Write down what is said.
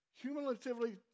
cumulatively